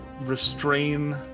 restrain